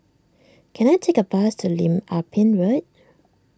can I take a bus to Lim Ah Pin Road